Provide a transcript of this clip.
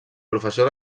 professor